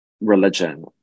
religion